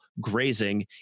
grazing